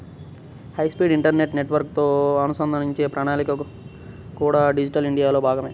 high speed internet నెట్వర్క్లతో అనుసంధానించే ప్రణాళికలు కూడా డిజిటల్ ఇండియాలో భాగమే